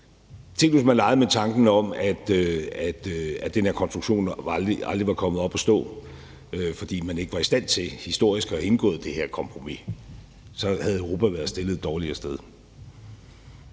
Man kunne lege med tanken om, at den her konstruktion aldrig var kommet op at stå, fordi man historisk ikke var i stand til at indgå det her kompromis. Så havde Europa været dårligere stillet.